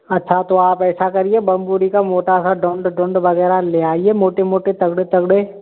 अच्छा तो आप ऐसा करिए बम्बोड़ी का मोटा सा दोंड दोंड वगैरह ले आइए मोटे मोटे तगड़े तगड़े